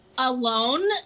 Alone